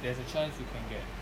there's a chance you can get